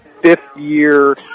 fifth-year